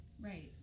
Right